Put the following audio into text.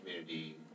community